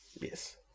Yes